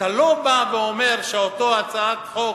אתה לא בא ואומר: אותה הצעת חוק,